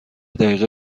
دقیقه